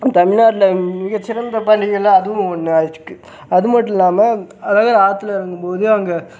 தமிழ்நாட்டுல மிகச்சிறந்த பணியின்னா அதுவும் ஒன்று அது மட்டும் இல்லாமல் அழகர் ஆற்றுல இறங்கும் போது அங்கே